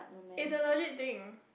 is a legit thing